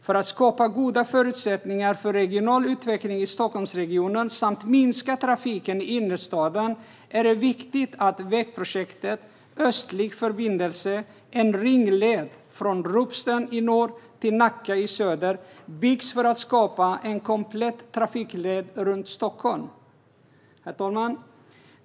För att skapa goda förutsättningar för regional utveckling i Stockholmsregionen samt minska trafiken i innerstaden är det viktigt att vägprojektet Östlig förbindelse, det vill säga en ringled från Ropsten i norr till Nacka i Söder, byggs för att skapa en komplett trafikled runt Stockholm. Herr talman!